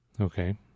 Okay